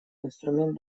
инструмент